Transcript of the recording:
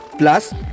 Plus